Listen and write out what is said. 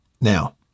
Now